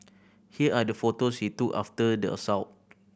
here are the photos he took after the assault